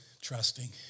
trusting